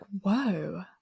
whoa